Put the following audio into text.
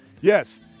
Yes